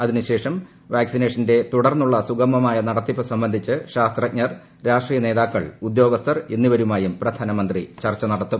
അതിനുശേഷം വാക്സിനേഷന്റെ തുടർന്നുളള സുഗമമായ നടത്തിപ്പു സംബന്ധിച്ച് ശാസ്ത്രജ്ഞർ രാഷ്ട്രീയ നേതാക്കൾ ഉദ്യോഗസ്ഥർ എന്നിവരുമായും പ്രധാനമന്ത്രി ചർച്ച നടത്തും